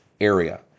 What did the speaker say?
area